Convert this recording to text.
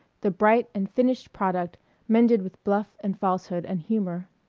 the bright and finished product mended with bluff and falsehood and humor.